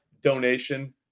donation